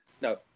No